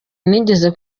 nigeze